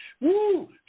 Woo